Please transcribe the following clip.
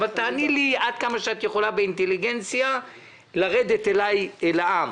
אבל תעני לי עד כמה שאת יכולה באינטליגנציה לרדת אליי אל העם.